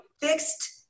fixed